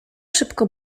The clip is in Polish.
szybko